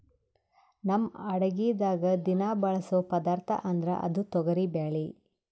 ನಮ್ ಅಡಗಿದಾಗ್ ದಿನಾ ಬಳಸೋ ಪದಾರ್ಥ ಅಂದ್ರ ಅದು ತೊಗರಿಬ್ಯಾಳಿ